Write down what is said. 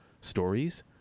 stories